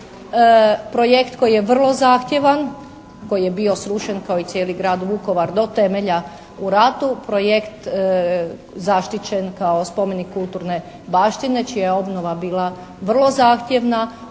Projekt koji je vrlo zahtjevan, koji je bio srušen kao i cijeli grad Vukovar do temelja u ratu. Projekt zaštićen kao spomenik kulturne baštine čija je obnova bila vrlo zahtjevna